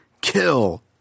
Kill